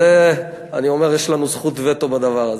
זה אני אומר: יש לנו זכות וטו בדבר הזה,